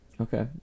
Okay